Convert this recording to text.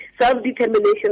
Self-determination